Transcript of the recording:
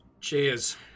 Cheers